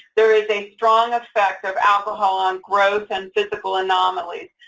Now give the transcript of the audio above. there is a strong effect of alcohol on growth and physical anomalies.